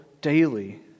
daily